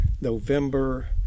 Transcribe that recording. November